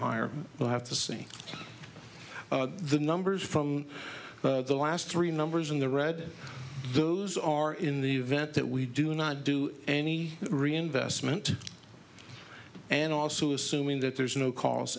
higher we'll have to see the numbers from the last three numbers in the red those are in the event that we do not do any reinvestment and also assuming that there is no cause